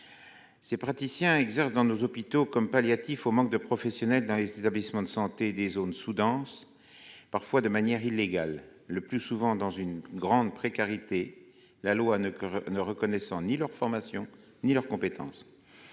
Ces praticiens exercent dans nos hôpitaux comme palliatif au manque de professionnels dans les établissements de santé des zones sous-denses, parfois de manière illégale, le plus souvent dans une grande précarité, la loi ne reconnaissant ni leur formation ni leurs compétences.